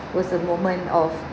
was the moment of